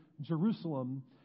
Jerusalem